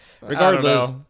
Regardless